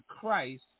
Christ